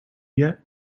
yet